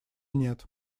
нет